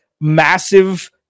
massive